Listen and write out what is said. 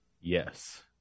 Yes